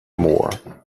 moore